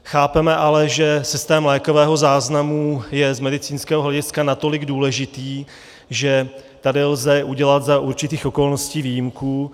Chápeme ale, že systém lékového záznamu je z medicínského hlediska natolik důležitý, že tady lze udělat za určitých okolností výjimku.